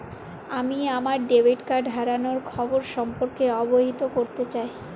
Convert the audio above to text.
আমি আমার debit card হারানোর খবর সম্পর্কে অবহিত করতে চাই